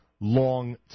long